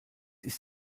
ist